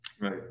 Right